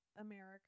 America